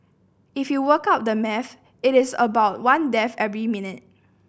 if you work out the maths it is about one death every minute